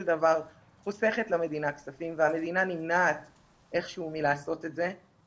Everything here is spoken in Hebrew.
דבר חוסכת למדינה כספים והמדינה נמנעת איכשהו מלעשות את זה.